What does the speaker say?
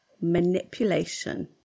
manipulation